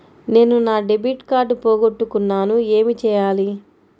నేను నా debit card పోగొట్టుకున్నాను ఏమి చేయాలి?